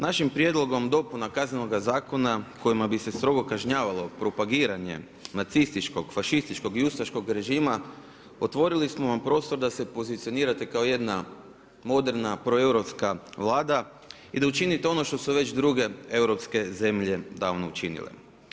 Našim prijedlogom dopuna Kaznenoga zakona kojima bi se strogo kažnjavalo propagiranje nacističkog, fašističkog i ustaškog režima, otvorili smo vam prostor da se pozicionirate kao jedna moderna, proeuropska Vlada i da učinite ono što su već druge europske zemlje davno učinile.